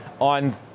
on